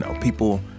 people